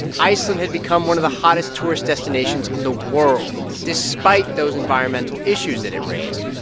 iceland had become one of the hottest tourist destinations in the world despite those environmental issues that it raised,